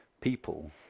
people